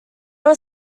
were